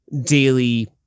daily